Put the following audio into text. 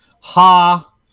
Ha